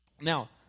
Now